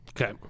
Okay